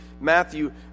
Matthew